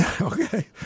Okay